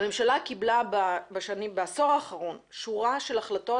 הממשלה קיבלה בעשור האחרון שורה של החלטות